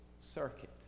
circuit